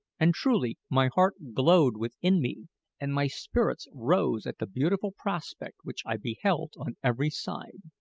and truly my heart glowed within me and my spirits rose at the beautiful prospect which i beheld on every side.